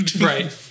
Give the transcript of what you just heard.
right